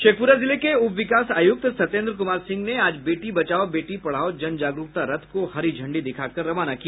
शेखपुरा जिले के उप विकास आयुक्त सत्येन्द्र कुमार सिंह ने आज बेटी बचाओ बेटी पढ़ाओ जन जागरूकता रथ को हरी झंडी दिखाकर रवाना किया